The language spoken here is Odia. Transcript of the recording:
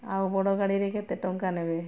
ଆଉ ବଡ଼ ଗାଡ଼ିରେ କେତେ ଟଙ୍କା ନେବେ